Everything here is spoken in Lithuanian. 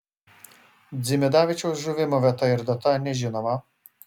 dzimidavičiaus žuvimo vieta ir data nežinoma